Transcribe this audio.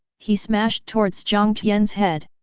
he smashed towards jiang tian's head.